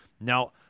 Now